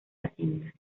hacienda